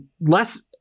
less